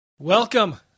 Welcome